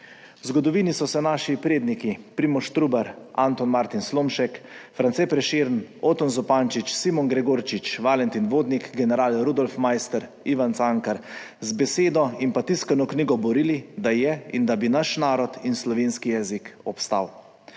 V zgodovini so se naši predniki Primož Trubar, Anton Martin Slomšek, France Prešeren, Oton Zupančič, Simon Gregorčič, Valentin Vodnik, general Rudolf Maister, Ivan Cankar z besedo in tiskano knjigo borili da je in da bi naš narod in slovenski jezik obstal.